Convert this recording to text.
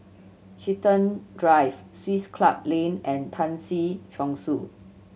Chiltern Drive Swiss Club Lane and Tan Si Chong Su